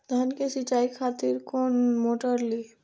धान के सीचाई खातिर कोन मोटर ली?